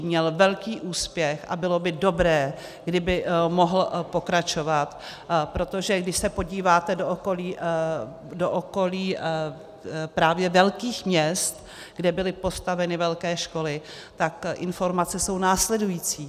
Měl velký úspěch a bylo by dobré, kdyby mohl pokračovat, protože když se podíváte do okolí právě velkých měst, kde byly postaveny velké školy, tak informace jsou následující.